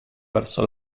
verso